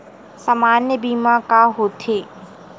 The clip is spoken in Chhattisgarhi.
सामान्य बीमा का होथे?